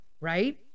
right